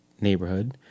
neighborhood